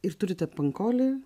ir turite pankolį